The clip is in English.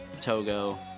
Togo